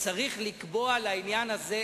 שכנראה היום לא נצביע.